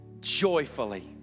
joyfully